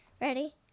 Ready